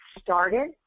started